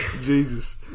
Jesus